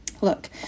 Look